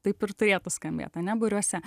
taip ir turėtų skambėt ane būriuose